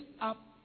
up